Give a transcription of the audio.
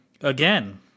Again